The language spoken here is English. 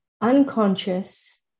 unconscious